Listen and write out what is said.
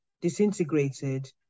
disintegrated